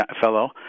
fellow